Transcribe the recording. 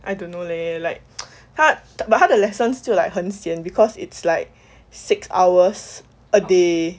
I don't know leh like 他 but 他的 lessons 就 like 很 sian because it's like six hours a day